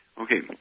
Okay